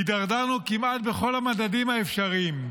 התדרדרנו כמעט בכל המדדים האפשריים.